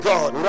God